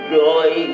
joy